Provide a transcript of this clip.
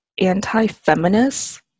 anti-feminist